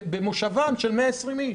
במושבם של 120 איש,